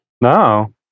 No